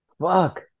Fuck